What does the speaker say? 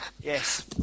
Yes